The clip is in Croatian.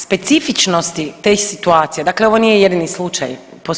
Specifičnosti tih situacija, dakle ovo nije jedini slučaj.